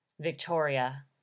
Victoria